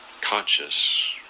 conscious